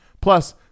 Plus